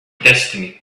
destiny